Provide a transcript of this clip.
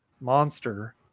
monster